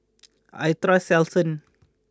I trust Selsun